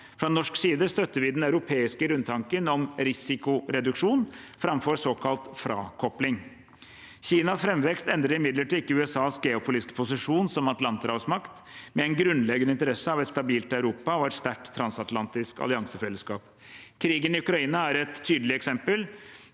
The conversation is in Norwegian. Fra norsk side støtter vi den europeiske grunntanken om risikoreduksjon framfor såkalt frakopling. Kinas framvekst endrer imidlertid ikke USAs geopolitiske posisjon som atlanterhavsmakt, med en grunnleggende interesse av et stabilt Europa og sterkt transatlantisk alliansefellesskap. Krigen i Ukraina er et tydelig eksempel.